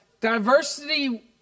diversity